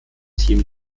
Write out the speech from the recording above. team